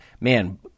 Man